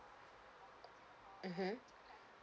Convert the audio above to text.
mmhmm